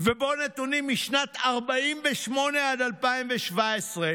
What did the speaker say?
ובו נתונים משנת 1948 עד 2017,